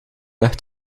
lucht